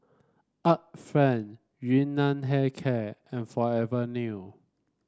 Art Friend Yun Nam Hair Care and Forever New